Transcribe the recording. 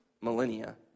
millennia